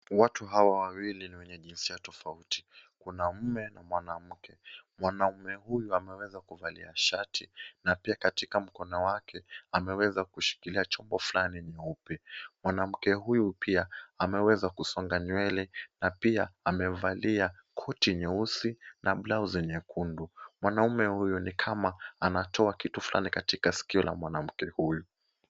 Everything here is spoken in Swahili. Watu hawa wawili ni wenye jinsia tofauti. Kuna mume na mwanamke. Mwanamume huyu ameweza kuvalia shati na pia katika mkono wake ameweza kushikilia chombo fulani cheupe. Mwanamke huyu pia ameweza kusonga nywele na pia amevalia koti nyeusi na blausi nyekundu. Mwanamume huyu ni kama anatoa kitu fulani katika sikio la mwanamke huyu.